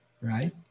right